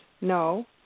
no